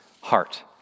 heart